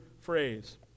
phrase